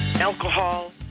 Alcohol